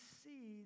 see